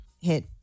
hit